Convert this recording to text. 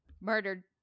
murdered